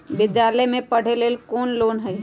विद्यालय में पढ़े लेल कौनो लोन हई?